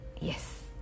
Yes